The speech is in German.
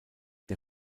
der